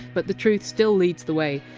but the truth still leads the way.